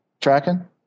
Tracking